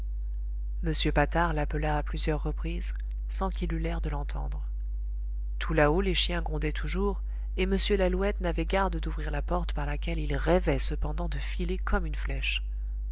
m patard l'appela à plusieurs reprises sans qu'il eût l'air de l'entendre tout là-haut les chiens grondaient toujours et m lalouette n'avait garde d'ouvrir la porte par laquelle il rêvait cependant de filer comme une flèche